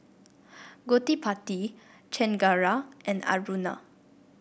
Gottipati Chengara and Aruna